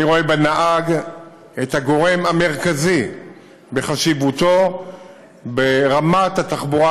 את הגורם המרכזי בחשיבותו ברמת התחבורה